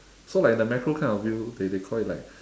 so like in the macro kind of view they they call it like